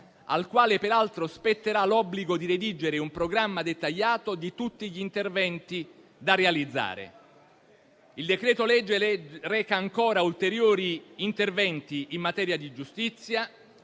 al quale peraltro spetterà l'obbligo di redigere un programma dettagliato di tutti gli interventi da realizzare. Il decreto-legge reca ancora ulteriori interventi in materia di giustizia,